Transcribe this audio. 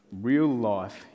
real-life